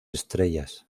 estrellas